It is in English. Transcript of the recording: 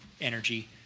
energy